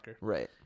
Right